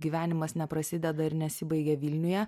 gyvenimas neprasideda ir nesibaigia vilniuje